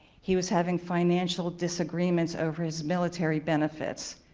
he was having financial disagreements over his military benefits.